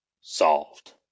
Solved